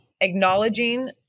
acknowledging